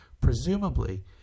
presumably